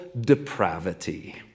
depravity